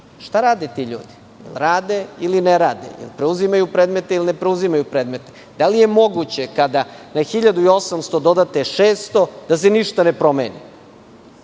rade ti ljudi? Rade ili ne rade? Preuzimaju predmete, ili ne preuzimaju predmete? Da li je moguće kada na 1.800 dodate 600, da se ništa ne promeni?